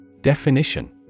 Definition